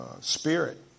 spirit